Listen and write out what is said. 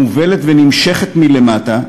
תקציב שמובל ונמשך מלמטה,